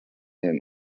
him